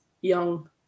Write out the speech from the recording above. young